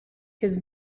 his